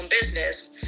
business